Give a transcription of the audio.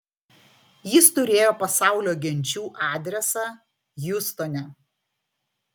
jis turėjo pasaulio genčių adresą hjustone